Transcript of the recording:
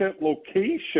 location